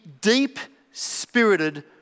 deep-spirited